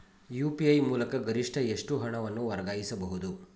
UPI ಮೂಲಕ ಗರಿಷ್ಠ ಎಷ್ಟು ಹಣವನ್ನು ವರ್ಗಾಯಿಸಬಹುದು?